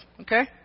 okay